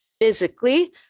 physically